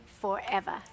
forever